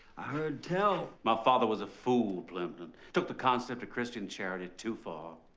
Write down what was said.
i heard tell my father was a fool, plimpton. took the concept of christian charity too far.